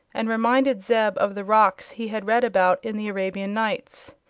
and reminded zeb of the rocs he had read about in the arabian nights.